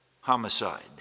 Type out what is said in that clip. homicide